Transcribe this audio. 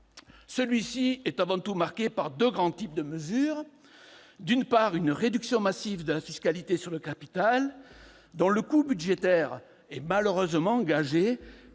dernier est avant tout marqué par deux grands types de mesures : d'une part, une réduction massive de la fiscalité sur le capital, dont le coût budgétaire est malheureusement gagé